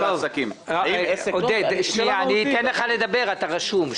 העסקים" --- עודד, אתן לך לדבר, אתה רשום.